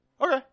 Okay